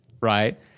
right